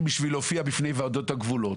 בשביל להופיע בפני ועדות הגבולות.